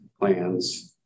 plans